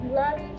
love